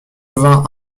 vingt